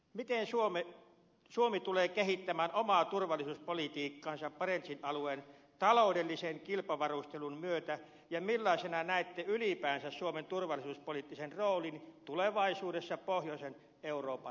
miten suomi tulee kehittämään omaa turvallisuuspolitiikkaansa barentsin alueen taloudellisen kilpavarustelun myötä ja millaisena näette ylipäänsä suomen turvallisuuspoliittisen roolin tulevaisuudessa pohjoisen euroopan alueella